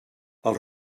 els